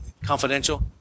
confidential